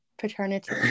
paternity